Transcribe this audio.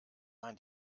man